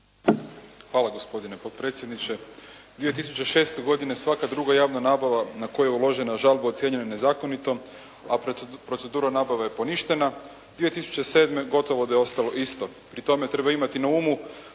**Jovanović, Željko (SDP)** 2006. godine svaka druga javna nabava na koju je uložena žalba i ocjenjena nezakonitom, a procedura nabave je poništena 2007. gotovo da je ostalo isto. Pri tome treba imati na umu